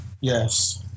Yes